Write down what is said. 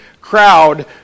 crowd